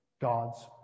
God's